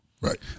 right